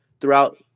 throughout